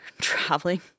traveling